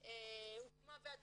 הוקמה ועדה.